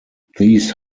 these